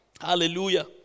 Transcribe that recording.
Hallelujah